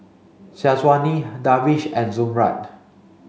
Syazwani Darwish and Zamrud